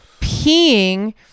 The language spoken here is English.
peeing